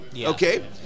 Okay